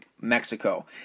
Mexico